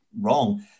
wrong